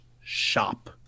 shop